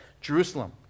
Jerusalem